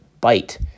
bite